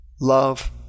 love